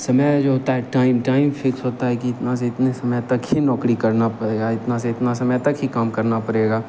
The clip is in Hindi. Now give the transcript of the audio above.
समय जो होता है टाइम टाइम फ़िक्स होता है कि इतना से इतना समय तक ही नौकरी करना पड़ेगा इतना से इतना समय तक ही काम करना पड़ेगा